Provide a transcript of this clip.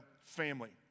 family